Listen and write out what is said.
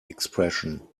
expression